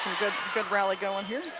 good rally going here.